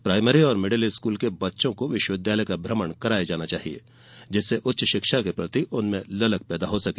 primary और middle के बच्चों को विश्वविद्यालय का भ्रमण कराना चाहिये जिससे उच्च शिक्षा के प्रति उनमें ललक पैदा हो सके